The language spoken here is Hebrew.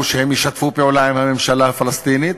שהם ישתפו פעולה עם הממשלה הפלסטינית,